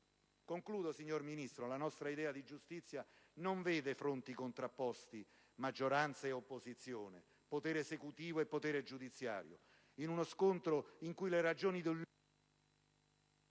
Concludo, signor Ministro: la nostra idea di giustizia non vede fronti contrapposti tra maggioranza e opposizione, potere esecutivo e potere giudiziario, in uno scontro in cui le ragioni dell'uno